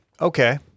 Okay